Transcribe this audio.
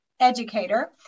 educator